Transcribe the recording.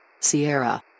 Sierra